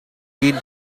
eat